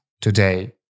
today